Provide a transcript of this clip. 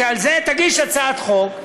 על זה תגיש הצעת חוק,